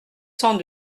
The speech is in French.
cent